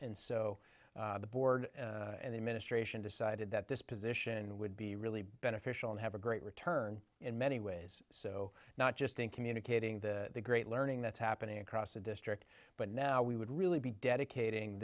and so the board and the administration decided that this position would be really beneficial and have a great return in many ways so not just in communicating the great learning that's happening across the district but now we would really be dedicating